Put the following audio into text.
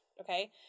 okay